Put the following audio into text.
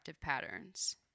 patterns